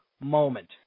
moment